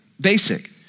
basic